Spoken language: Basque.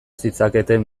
zitzaketen